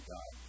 God